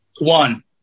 One